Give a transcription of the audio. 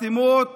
חתימות